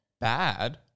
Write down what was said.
bad